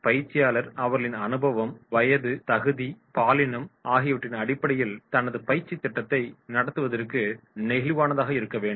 பயிற்சியாளர் அவர்களின் அனுபவம் வயது தகுதி பாலினம் ஆகியவற்றின் அடிப்படையில் தனது பயிற்சித் திட்டத்தை நடத்துவதற்கு நெகிழ்வானதாக இருக்க வேண்டும்